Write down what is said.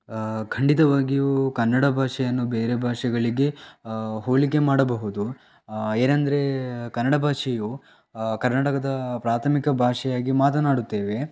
ಖಂಡಿತವಾಗಿಯೂ ಕನ್ನಡ ಭಾಷೆಯನ್ನು ಬೇರೆ ಭಾಷೆಗಳಿಗೆ ಹೋಲಿಕೆ ಮಾಡಬಹುದು ಏನಂದರೆ ಕನ್ನಡ ಭಾಷೆಯು ಕರ್ನಾಟಕದ ಪ್ರಾಥಮಿಕ ಭಾಷೆಯಾಗಿ ಮಾತನಾಡುತ್ತೇವೆ